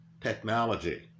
technology